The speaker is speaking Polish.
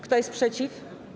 Kto jest przeciw?